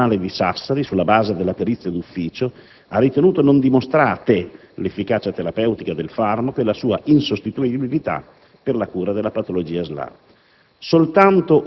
In particolare, il tribunale di Sassari, sulla base della perizia d'ufficio, ha ritenuto non dimostrate l'efficacia terapeutica del farmaco e la sua insostituibilità per la cura della patologia SLA.